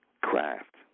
Craft